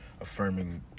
affirming